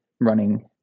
running